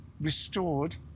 restored